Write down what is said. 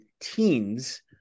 teens